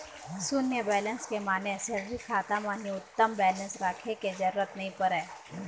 सून्य बेलेंस के माने सेलरी खाता म न्यूनतम बेलेंस राखे के जरूरत नइ परय